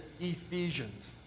Ephesians